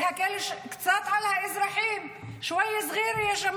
להקל קצת על האזרחים (אומרת דברים בשפה